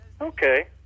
Okay